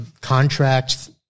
Contracts